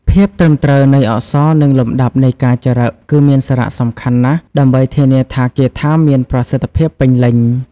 ភាពត្រឹមត្រូវនៃអក្សរនិងលំដាប់នៃការចារឹកគឺមានសារៈសំខាន់ណាស់ដើម្បីធានាថាគាថាមានប្រសិទ្ធភាពពេញលេញ។